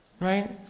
Right